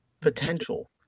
potential